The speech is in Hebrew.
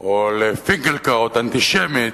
או לפינקלקראוט אנטישמים,